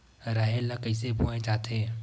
राहेर ल कइसे बोय जाथे?